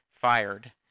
fired